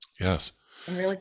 Yes